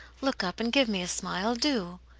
look up, and give me a smile, do!